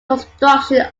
construction